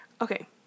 Okay